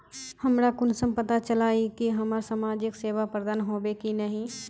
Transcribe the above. हमरा कुंसम पता चला इ की हमरा समाजिक सेवा प्रदान होबे की नहीं?